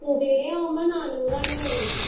Scooby ഡേ ആവുമ്പം നാനൂറ് ആണ് വരുന്നത്